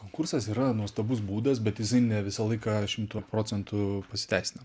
konkursas yra nuostabus būdas bet jisai ne visą laiką šimtu procentų pasiteisina